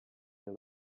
your